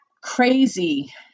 crazy